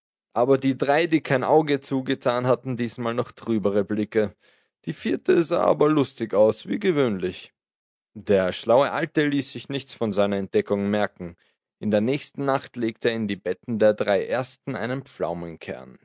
aber die drei die kein auge zugetan hatten diesmal noch trübere blicke die vierte sah aber lustig aus wie gewöhnlich der schlaue alte ließ sich nichts von seiner entdeckung merken in der nächsten nacht legte er in die betten der drei ersten einen